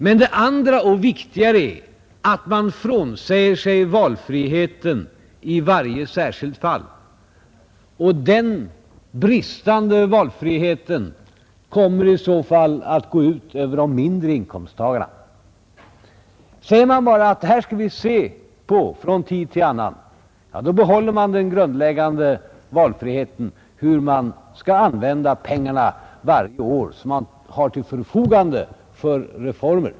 Viktigare är emellertid att man frånsäger sig valfriheten i varje särskilt fall. Den bristande valfriheten kommer i så fall att gå ut över de mindre inkomsttagarna. Beslutar man bara att man skall se över detta från tid till annan, behåller man den grundläggande valfriheten när det gäller hur man varje år skall använda de pengar man har till förfogande för reformer.